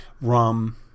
rum